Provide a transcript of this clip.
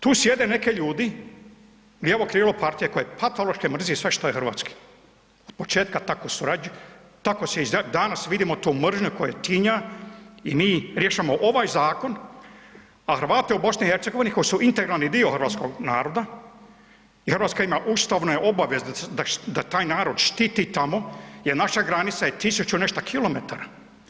Tu sjede neke ljudi, ljevo krilo partije koje patološki mrzi sve što je hrvatski, od početka tako surađuju, tako se i danas vidimo tu mržnju koje tinja i mi rješavamo ovaj zakon, a Hrvate u BiH koji su integralni dio hrvatskog naroda i RH ima ustavne obaveze da taj narod štiti tamo jer naša granica je tisuću i nešta kilometara.